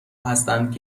هستند